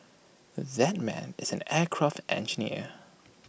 that man is an aircraft engineer